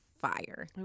fire